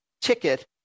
ticket